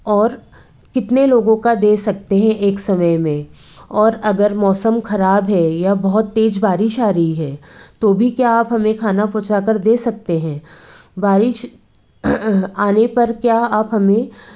और कितने लोगों का दे सकते हैं एक समय में और अगर मौसम खराब है या बहुत तेज बारिश आ रही है तो भी क्या आप हमें खाना पहुँचा कर दे सकते हैं बारिश आने पर क्या आप हमें